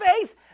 faith